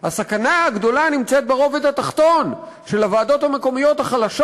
הסכנה הגדולה לא נמצאת ברובד העליון של אותן ועדות מקומיות,